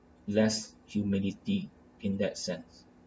less humility in that sense